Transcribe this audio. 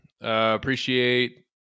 appreciate